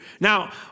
Now